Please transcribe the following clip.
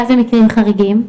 מה זה מקרים חריגים?